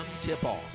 tip-off